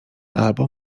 albo